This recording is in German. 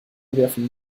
werfen